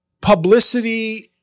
publicity